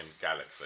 Galaxy